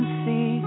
see